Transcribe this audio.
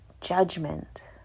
judgment